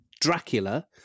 Dracula